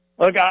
Look